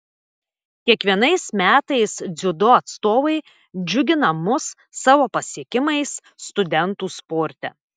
kiekvienais metais dziudo atstovai džiugina mus savo pasiekimais studentų sporte